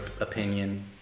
opinion